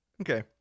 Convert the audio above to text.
Okay